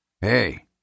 Hey